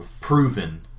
proven